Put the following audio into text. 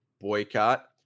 boycott